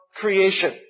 creation